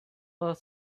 but